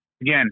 again